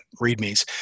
readmes